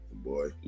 Boy